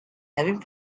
having